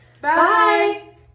Bye